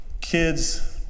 Kids